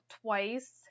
twice